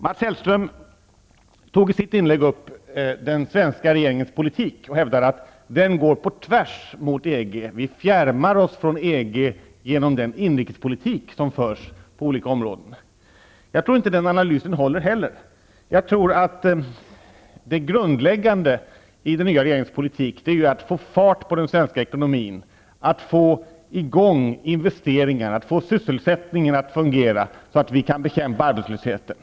Mats Hellström tog i sitt inlägg upp den svenska regeringens politik och hävdade att den går på tvärs mot EG, att vi fjärmar oss från EG genom den inrikespolitik som den svenska regeringen för på olika områden. Jag tror inte heller att den analysen håller. Det grundläggande i den nya regeringens politik är att få fart på den svenska ekonomin, att få i gång investeringar och att få sysselsättningen att fungera så att vi kan bekämpa arbetslösheten.